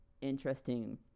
interesting